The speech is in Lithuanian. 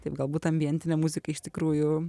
taip galbūt ta ambientinė muzika iš tikrųjų